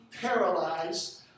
paralyzed